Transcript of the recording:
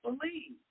believe